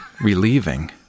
relieving